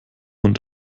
und